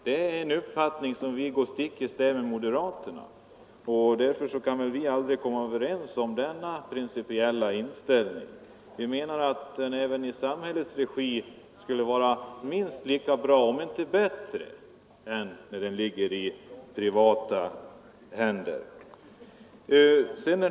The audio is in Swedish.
Det är en uppfattning som går stick i stäv mot moderaternas, och därför kan vi väl aldrig komma överens om denna principiella inställning. Vi menar att läkarvården i samhällets regi skulle vara minst lika bra som när den ligger i privata händer.